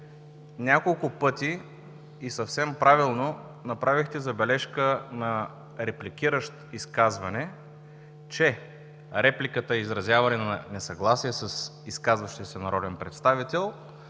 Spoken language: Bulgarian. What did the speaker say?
няколко пъти, и съвсем правилно, направихте забележка на репликиращ изказване, че репликата е изразяване на несъгласие с изказващия се народен представител.